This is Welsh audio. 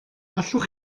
allwch